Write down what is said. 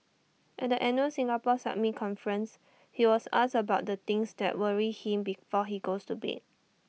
at the annual Singapore summit conference he was asked about the things that worry him before he goes to bed